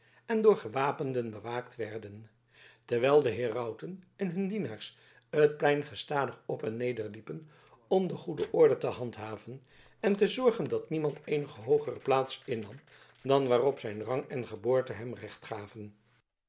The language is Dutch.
en door gewapenden bewaakt werden terwijl de herauten en hun dienaars het plein gestadig op en neder liepen om de goede orde te handhaven en te zorgen dat niemand eenige hoogere plaats innam dan waarop zijn rang en geboorte hem recht gaven